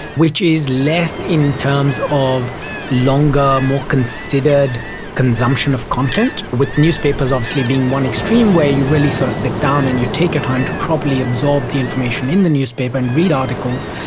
which is less in terms of longer, more considered consumption of content, with newspapers obviously being one extreme where you really sort of sit down and you take your time to properly absorb the information in the newspaper and read articles,